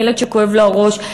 הילד שכואב לו הראש,